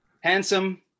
handsome